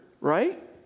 right